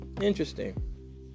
Interesting